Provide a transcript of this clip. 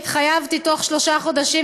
התחייבתי בתוך שלושה חודשים,